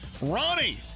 Ronnie